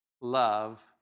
love